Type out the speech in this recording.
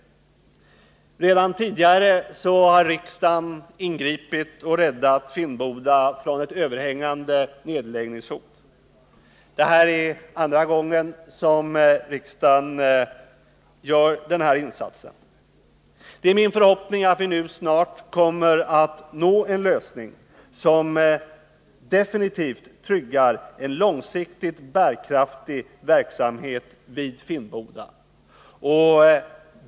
Redan tidigare har riksdagen ingripit och räddat Finnboda från ett överhängande nedläggningshot. Det här är andra gången som riksdagen gör denna insats. Det är min förhoppning att vi nu snart kommer att nå en lösning som definitivt tryggar en långsiktig, bärkraftig verksamhet vid Finnboda.